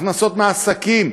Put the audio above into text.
הכנסות מעסקים,